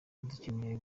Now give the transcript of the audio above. dukeneye